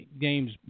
games